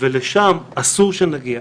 ולשם אסור שנגיע.